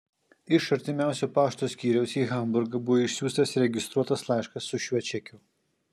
iš artimiausio pašto skyriaus į hamburgą buvo išsiųstas registruotas laiškas su šiuo čekiu